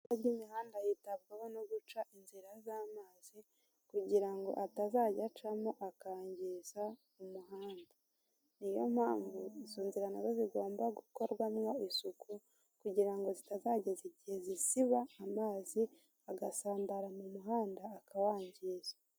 Indi mihanda yitabwaho no guca inzira z'amazi, kugira ngo atazajya acamo akangiza umuhanda. Ni iyo mpamvu izo nzira nazo zigomba gukorwamwo isuku, kugira ngo zitazageza igihe zisiba amazi agasandara mu muhanda akawangiza.